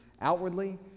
outwardly